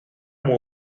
muy